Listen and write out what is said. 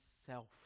self